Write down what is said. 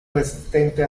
resistente